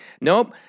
Nope